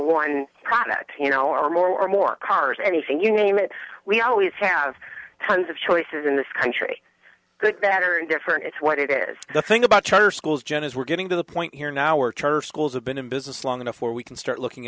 one product or more or more cars anything you name it we always have tons of choices in this country good bad or indifferent it's what it is think about charter schools jenna's we're getting to the point here in our charter schools have been in business long enough where we can start looking